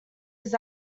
his